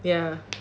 ya